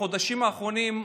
בחודשים האחרונים,